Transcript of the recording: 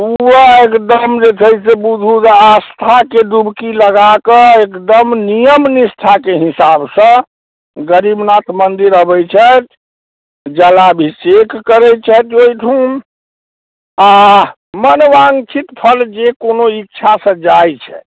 पूरा एकदम जे छै से बुझू जे आस्थाके डुबकी लगा कऽ एकदम नियम निष्ठाके हिसाबसँ गरीबनाथ मन्दिर अबै छथि जलाभिषेक करै छथि जाहिठम आओर मनवाञ्छित फल जे कोनो इच्छासँ जाइ छथि